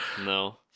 no